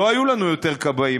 לא היו לנו יותר כבאים.